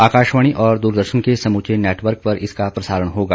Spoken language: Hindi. आकाशवाणी और दूरदर्शन के समूचे नेटवर्क पर इसका प्रसारण होगा